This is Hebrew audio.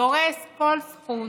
דורס כל זכות.